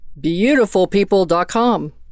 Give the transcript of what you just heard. BeautifulPeople.com